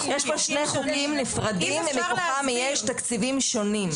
יש פה שני חוקים נפרדים ומתוכם יש תקציבים שונים.